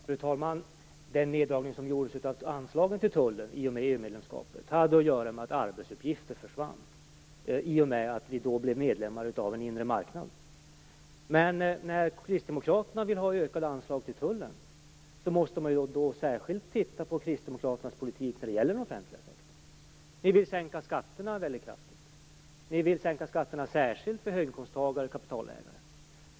Fru talman! Den neddragning som gjordes av anslaget till tullen i och med EU-medlemskapet hade att göra med att arbetsuppgifter försvann i och med att vi då blev medlemmar av en inre marknad. Michael Stjernström säger att Kristdemokraterna vill ha ökade anslag till tullen. Man måste då särskilt titta på deras politik när det gäller den offentliga sektorn. Kristdemokraterna vill sänka skatterna väldigt kraftigt. De vill sänka skatterna särskilt för höginkomsttagare och kapitalägare.